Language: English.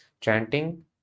chanting